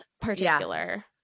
particular